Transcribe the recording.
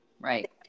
Right